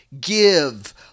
give